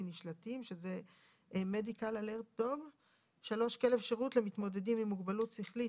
נשלטים (MEDICALALERT DOG); (3) כלב שירות למתמודדים עם מוגבלות שכלית,